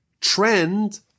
trend